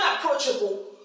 unapproachable